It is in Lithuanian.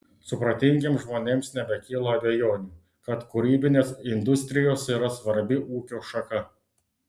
supratingiems žmonėms nebekyla abejonių kad kūrybinės industrijos yra svarbi ūkio šaka